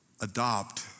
adopt